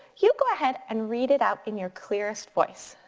you go ahead and read it out in your clearest voice.